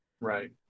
Right